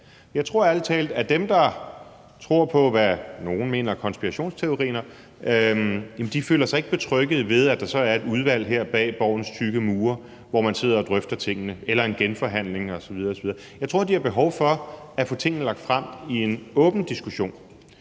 Jeg tror ærlig talt, at dem, der tror på, hvad nogle mener er konspirationsteorier, ikke føler sig betrygget ved, at der så er et udvalg her bag Borgens tykke mure, hvor man sidder og drøfter tingene eller laver en genforhandling osv. Jeg tror, de har behov for at få tingene lagt frem i en åben diskussion.